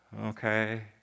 okay